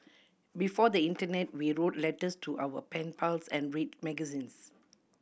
before the internet we wrote letters to our pen pals and read magazines